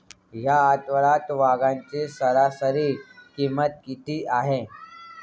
या आठवड्यात वांग्याची सरासरी किंमत किती आहे?